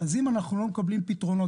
אז אם אנחנו לא מקבלים פתרונות,